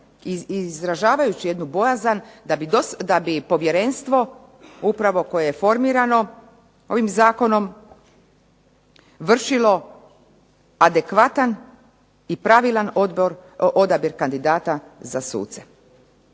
izražavajući jednu bojazan da bi povjerenstvo upravo koje je formirano ovim zakonom vršilo adekvatan i pravilan odabir kandidata za suce.